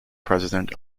president